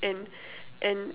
and and